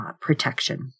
protection